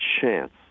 chance